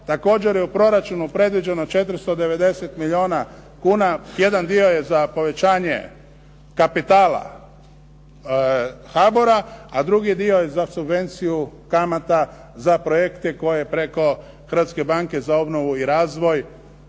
Također je u proračunu predviđeno 490 milijuna kuna. Jedan dio je za povećanje kapitala HABOR-a a drugi dio je za subvenciju kamata za projekte koje preko Hrvatske banke za obnovu i razvoj